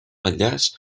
enllaç